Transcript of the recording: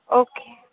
okay